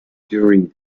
during